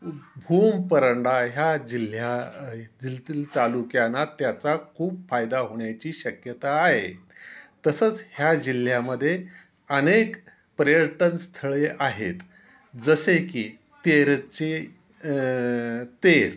भूम परंडा ह्या जिल्ह्या जिल्ह्यातील तालुक्यांना त्याचा खूप फायदा होण्याची शक्यता आहे तसंच ह्या जिल्ह्यामध्ये अनेक पर्यटन स्थळे आहेत जसे की तेरचे तेर